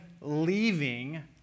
leaving